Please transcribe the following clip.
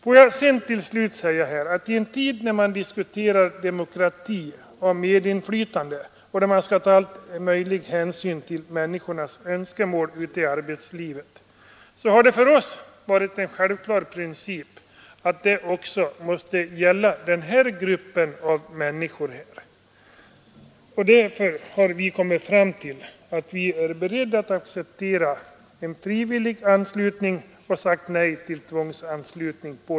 Till slut vill jag understryka att i en tid, när man diskuterar demokrati och medinflytande och när man skall ta all möjlig hänsyn till människornas önskemål ute i arbetslivet, har det för oss varit en självklar princip att det också måste gälla den här gruppen av människor, dvs. tandläkarna. Därför är vi beredda att acceptera en frivillig anslutning och säger nej till tvångsanslutning.